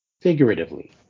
Figuratively